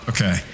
Okay